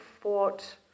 fought